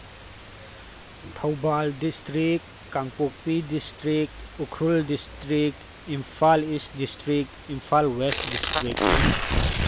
Thoubal district Kangpokpi district Ukhrul district Imphal east district Imphal west district